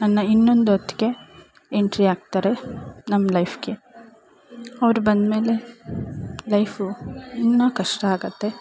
ನನ್ನ ಇನ್ನೊಂದು ಅತ್ತಿಗೆ ಎಂಟ್ರಿ ಆಗ್ತಾರೆ ನಮ್ಮ ಲೈಫಿಗೆ ಅವ್ರು ಬಂದಮೇಲೆ ಲೈಫು ಇನ್ನೂ ಕಷ್ಟ ಆಗುತ್ತೆ